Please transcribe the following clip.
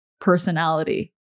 personality